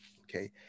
okay